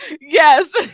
yes